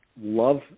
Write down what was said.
love